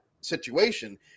situation